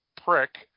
prick